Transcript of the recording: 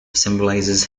symbolises